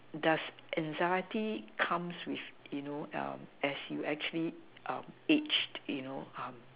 does anxiety comes with you know as you actually age you know